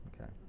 okay